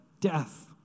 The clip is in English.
death